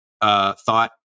thought